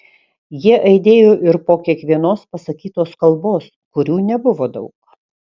jie aidėjo ir po kiekvienos pasakytos kalbos kurių nebuvo daug